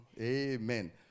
Amen